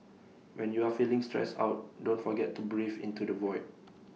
when you are feeling stressed out don't forget to breathe into the void